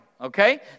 Okay